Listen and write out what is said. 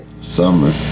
Summer